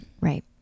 Right